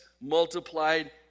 multiplied